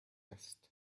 است